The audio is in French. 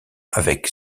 avec